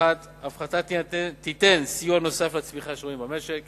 1. ההפחתה תיתן סיוע נוסף לצמיחה שרואים במשק,